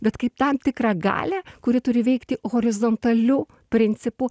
bet kaip tam tikrą galią kuri turi veikti horizontaliu principu